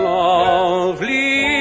lovely